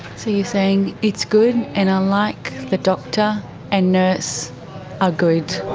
so you're saying, it's good and i like the doctor and nurse are good.